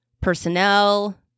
personnel